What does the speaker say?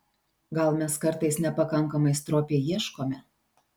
gal mes kartais nepakankamai stropiai ieškome